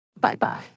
Bye-bye